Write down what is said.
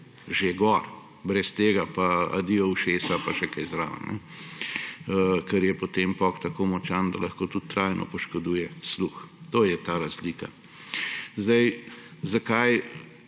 vgrajen, brez tega pa adijo ušesa, pa še kaj zraven, ker je potem pok tako močan, da lahko tudi trajno poškoduje sluh. To je ta razlika. Zakaj